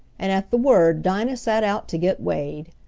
and at the word dinah set out to get weighed.